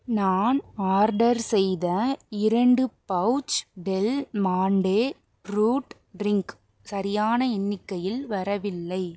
நான் ஆர்டர் செய்த இரண்டு pouch Del Monte fruit drink சரியான எண்ணிக்கையில் வரவில்லை